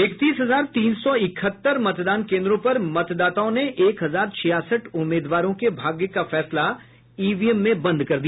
इकतीस हजार तीन सौ इकहत्तर मतदान केन्द्रों पर मतदाताओं ने एक हजार छियासठ उम्मीदवारों के भाग्य का फैसला ईवीएम में बंद कर दिया